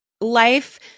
life